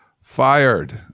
fired